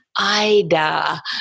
IDA